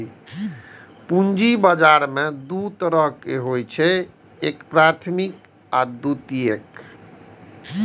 पूंजी बाजार दू तरहक होइ छैक, प्राथमिक आ द्वितीयक